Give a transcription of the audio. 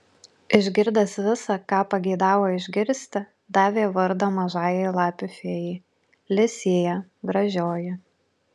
išgirdęs visa ką pageidavo išgirsti davė vardą mažajai lapių fėjai li sija gražioji